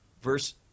verse